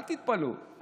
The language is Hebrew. אל תתפלאו,